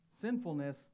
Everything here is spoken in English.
sinfulness